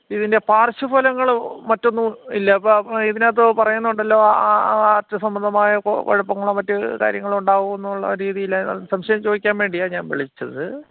ഇതിൻ്റെ പാർശ്വഫലങ്ങൾ മറ്റൊന്നും ഇല്ല അപ്പം ഇതിനകത്ത് പറയുന്നുണ്ടല്ലോ ഹാ ഹാർട്ട് സംബന്ധമായ കുഴപ്പങ്ങളോ മറ്റു കാര്യങ്ങളോ ഉണ്ടാവുമോയെന്നുള്ള രീതിയിൽ സംശയം ചോദിക്കാൻ വേണ്ടിയാ ഞാൻ വിളിച്ചത്